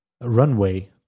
runway